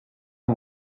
amb